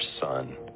Son